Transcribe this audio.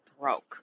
broke